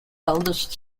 eldest